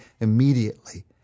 immediately